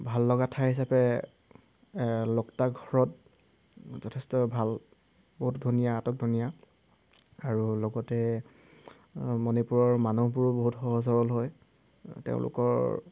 ভাললগা ঠাই হিচাপে লকটা ঘৰত যথেষ্ট ভাল বহুত ধুনীয়া আটতধুনীয়া আৰু লগতে মণিপুৰৰ মানুহবোৰো বহুত সহজ সৰল হয় তেওঁলোকৰ